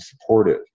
supportive